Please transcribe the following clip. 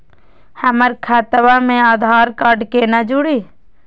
हमर खतवा मे आधार कार्ड केना जुड़ी?